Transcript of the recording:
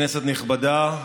כנסת נכבדה,